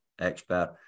expert